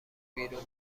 بیرون